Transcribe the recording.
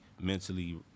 mentally